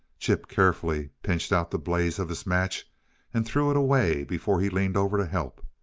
chip carefully pinched out the blaze of his match and threw it away before he leaned over to help.